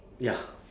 ya